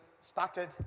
started